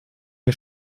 wir